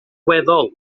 weddol